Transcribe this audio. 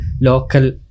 local